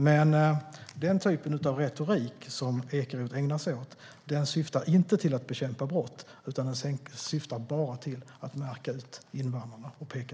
Men den typ av retorik som Ekeroth ägnar sig åt syftar inte till att bekämpa brott utan bara till att peka ut invandrarna.